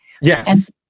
Yes